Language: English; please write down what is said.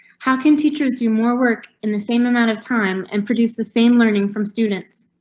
how can teachers do more work in the same amount of time and produce the same learning from students?